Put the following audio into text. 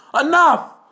Enough